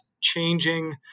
changing